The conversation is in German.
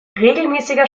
regelmäßiger